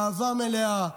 באהבה מלאה,